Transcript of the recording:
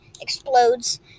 explodes